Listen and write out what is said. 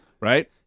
Right